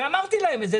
אמרתי להם את זה.